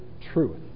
truth